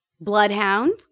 Bloodhound